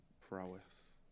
prowess